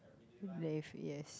they've yes